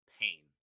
Pain